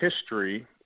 history